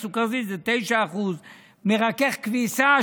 אז סוכרזית זה 9%. מרכך כביסה,